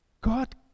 God